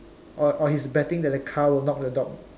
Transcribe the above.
or or he is betting that the car will knock the dog